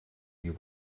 you